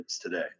today